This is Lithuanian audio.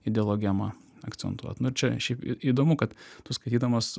ideologemą akcentuot nu čia šiaip į įdomu kad tu skaitydamas